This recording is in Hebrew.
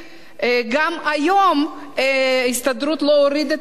גם היום ההסתדרות לא הורידה את ההסכם,